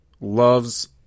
loves